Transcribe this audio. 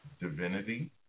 divinity